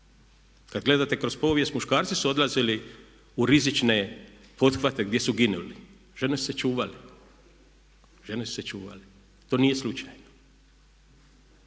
Kad gledate kroz povijest muškarci su odlazili u rizične pothvate gdje su ginuli, žene su se čuvale. To nije slučajno.